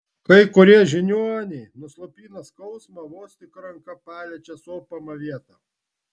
kai kurie žiniuoniai nuslopina skausmą vos tik ranka paliečia sopamą vietą